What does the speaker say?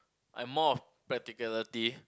I'm more of practicality